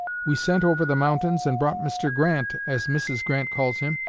we sent over the mountains and brought mr. grant, as mrs. grant calls him,